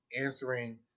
answering